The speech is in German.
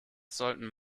sollten